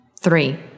Three